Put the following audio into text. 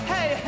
Hey